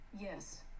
Yes